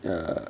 ya